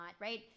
right